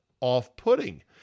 off-putting